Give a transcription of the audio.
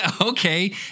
okay